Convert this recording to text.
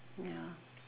ya